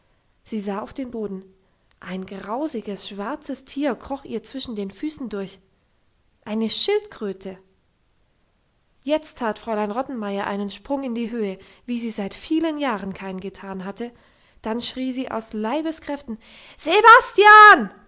sie sah auf den boden ein grausiges schwarzes tier kroch ihr zwischen den füßen durch eine schildkröte jetzt tat fräulein rottenmeier einen sprung in die höhe wie sie seit vielen jahren keinen getan hatte dann schrie sie aus leibeskräften sebastian